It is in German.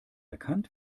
erkannt